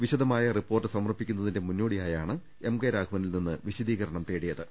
വിശദമായ റിപ്പോർട്ട് സമർപ്പിക്കുന്നതിന്റെ മുന്നോ ടിയായാണ് എം കെ രാഘവനിൽ നിന്ന് വിശദീകരണം തേടിയത്